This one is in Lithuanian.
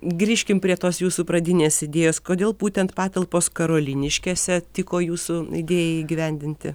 grįžkim prie tos jūsų pradinės idėjos kodėl būtent patalpos karoliniškėse tiko jūsų idėjai įgyvendinti